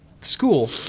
school